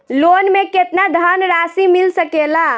Loan मे केतना धनराशी मिल सकेला?